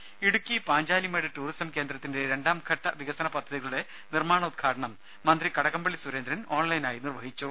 രുഭ ഇടുക്കി പാഞ്ചാലിമേട് ടൂറിസം കേന്ദ്രത്തിന്റെ രണ്ടാംഘട്ട വികസന പദ്ധതികളുടെ നിർമ്മാണോദ്ഘാടനം മന്ത്രി കടകംപള്ളി സുരേന്ദ്രൻ ഓൺലൈനായി നിർവഹിച്ചു